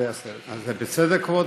כבוד